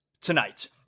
Tonight